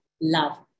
love